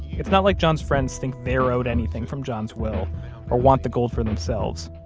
it's not like john's friends think they are owed anything from john's will or want the gold for themselves,